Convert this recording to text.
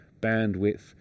bandwidth